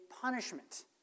punishment